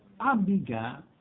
abiga